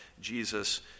Jesus